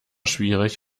schwierig